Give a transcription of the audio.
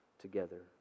together